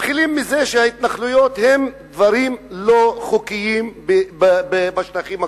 מתחילים מזה שההתנחלויות הן דברים לא חוקיים בשטחים הכבושים.